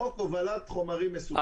חוק הובלת חומרים מסוכנים.